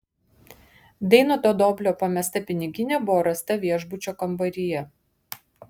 dainoto doblio pamesta piniginė buvo rasta viešbučio kambaryje